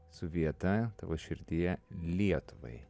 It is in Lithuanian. su vieta tavo širdyje lietuvai